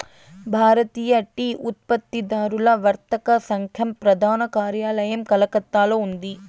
భారతీయ tea ఉత్పత్తిదారుల వర్తక సంఘం ప్రధాన కార్యాలయం కలకత్తాలో ఉంది